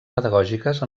pedagògiques